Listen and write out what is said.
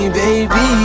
baby